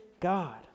God